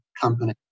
company